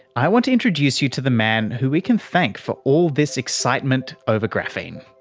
i want to introduce you to the man who we can thank for all this excitement over graphene.